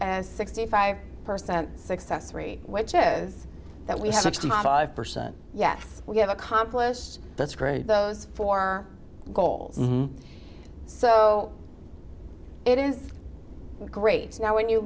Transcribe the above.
as sixty five per cent success rate which is that we switched of person yet we have accomplished that's great those four goals so it is great now when you